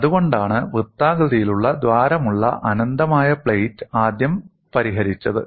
അതുകൊണ്ടാണ് വൃത്താകൃതിയിലുള്ള ദ്വാരമുള്ള അനന്തമായ പ്ലേറ്റ് ആദ്യം പരിഹരിച്ചത്